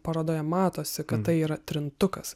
parodoje matosi kad tai yra trintukas